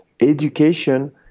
Education